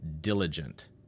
diligent